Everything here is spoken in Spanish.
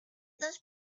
dos